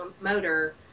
motor